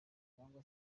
cyangwa